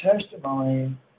testimony